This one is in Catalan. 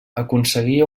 aconseguia